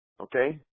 okay